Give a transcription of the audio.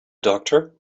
doctor